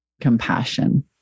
compassion